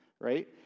right